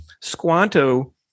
Squanto